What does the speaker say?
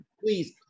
please